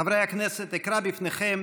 חברי הכנסת, אקרא בפניכם